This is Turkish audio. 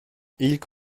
i̇lk